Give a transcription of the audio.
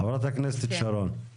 חברת הכנסת שרון, בבקשה.